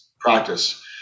practice